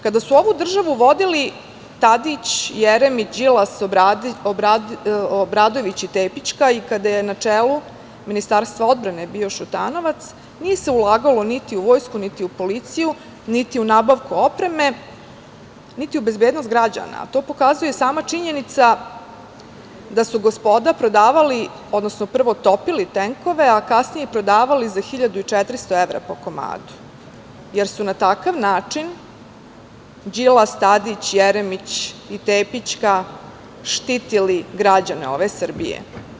Kada su ovu državu vodili Tadić, Jeremić, Đilas, Obradović i Tepićka, i kada je na čelu Ministarstva odbrane bio Šutanovac, nije se ulagalo niti u vojsku, niti u policiju, niti u nabavku opreme, niti u bezbednost građana, a to pokazuje sama činjenica da su gospoda prodavali, odnosno prvo topili tenkove, a kasnije prodavali za 1.400 evra po komadu, jer su na takav način Đilas, Tadić, Jeremić i Tepićka štitili građane ove Srbije.